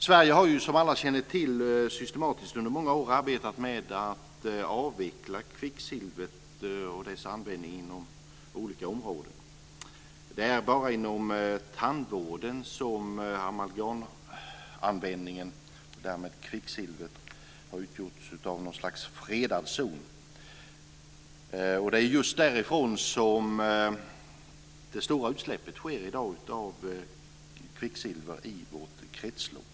Sverige har, som alla känner till, systematiskt under många år arbetat med att avveckla kvicksilvret och dess användning inom olika områden. Det är bara inom tandvården som amalgamanvändningen och därmed kvicksilvret har utgjort något slags fredad zon. Det är just därifrån som det stora utsläppet sker i dag av kvicksilver i vårt kretslopp.